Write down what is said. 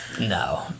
No